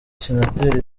senateri